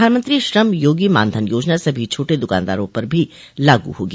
प्रधानमंत्री श्रम योगी मानधन योजना सभी छोटे दुकानदारों पर भी लागू होगी